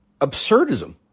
absurdism